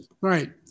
Right